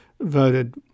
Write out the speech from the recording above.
voted